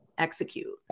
execute